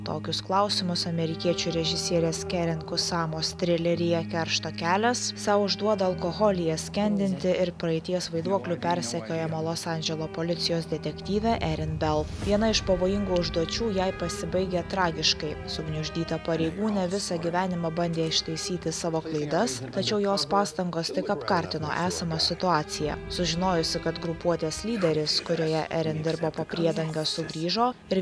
tokius klausimus amerikiečių režisierės kerenku samos trileryje keršto kelias sau užduoda alkoholyje skendinti ir praeities vaiduoklių persekiojamo los andželo policijos detektyvė erin bel viena iš pavojingų užduočių jai pasibaigė tragiškai sugniuždyta pareigūnė visą gyvenimą bandė ištaisyti savo klaidas tačiau jos pastangos tik apkartino esamą situaciją sužinojusi kad grupuotės lyderis kurioje eren dirba po priedanga sugrįžo ir